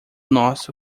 nosso